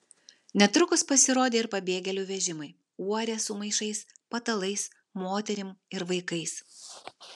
netrukus pasirodė ir pabėgėlių vežimai uorės su maišais patalais moterim ir vaikais